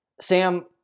Sam